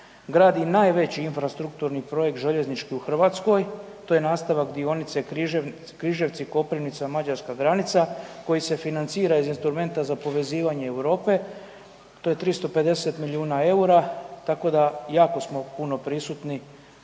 gradi najveći infrastrukturni projekt željeznički u Hrvatskoj. To je nastavak dionice Križevci-Koprivnica-mađarska granica koji se financira iz instrumenta za povezivanje Europe. To je 350 milijuna eura, tako da, jako smo puno prisutni